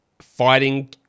fighting